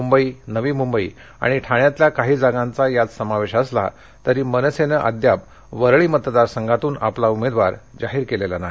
मुंबई नवी मुंबई आणि ठाण्यातल्या काही जागांचा यात समवेश असला तरी मनसेनं अजून तरी वरळी मतदारसंघातून आपला उमेदवार जाहीर केलेला नाही